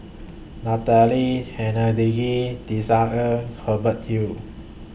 Natalie Hennedige Tisa Ng Hubert Hill